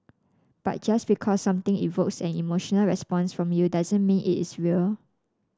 but just because something evokes an emotional response from you doesn't mean it is real